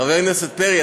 חבר הכנסת פרי,